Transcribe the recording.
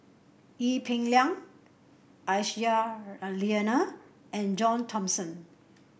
Ee Peng Liang Aisyah Lyana and John Thomson